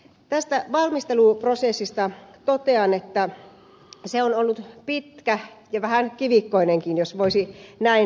tästä valmisteluprosessista totean että se on ollut pitkä ja vähän kivikkoinenkin jos voisi näin todeta